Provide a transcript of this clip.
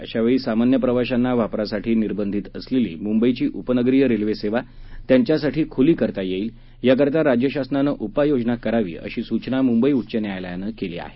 अशा वेळी सामान्य प्रवाशांना वापरासाठी निर्बंधित असलेली मुंबईची उपनगरीय रेल्वे सेवा त्यांच्यासाठी खुली करता येईल यासाठी राज्यशासनानं काही क्रि उपाययोजना करावी अशी सूचना मुंबई उच्च न्यायालयानं केली आहे